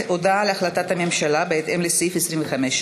ברשות יושבת-ראש הישיבה,